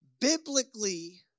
biblically